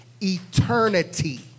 eternity